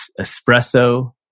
Espresso